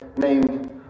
named